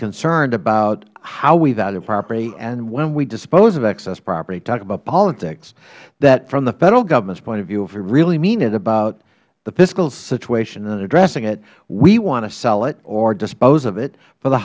concerned about how we value property and when we dispose of excess property talk about politics from the federal government's point of view if we really mean it about the fiscal situation and addressing it we want to sell it or dispose of it for the